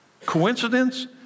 Coincidence